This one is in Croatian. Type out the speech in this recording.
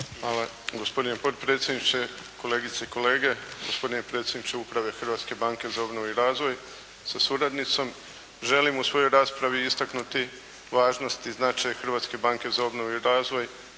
Hvala. Gospodine potpredsjedniče, kolegice i kolege, gospodine predsjedniče uprave Hrvatske banke za obnovu i razvoj sa suradnicom. Želim u svojoj raspravi istaknuti važnost i značaj Hrvatske banke za obnovu i razvoj